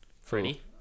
Freddie